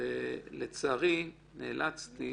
ולצערי נאלצתי